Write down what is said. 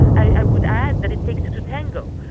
i would add that it takes two to tango.